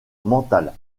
mentale